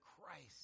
christ